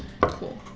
Cool